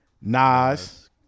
Nas